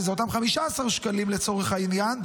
שזה אותם 15 שקלים לצורך העניין,